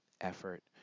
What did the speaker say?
effort